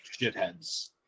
shitheads